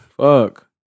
Fuck